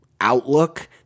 outlook